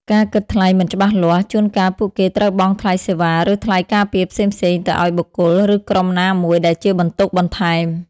ការគិតថ្លៃមិនច្បាស់លាស់ ជួនកាលពួកគេត្រូវបង់ថ្លៃសេវា ឬ ថ្លៃការពារផ្សេងៗទៅឱ្យបុគ្គល ឬក្រុមណាមួយ ដែលជាបន្ទុកបន្ថែម ។